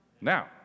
Now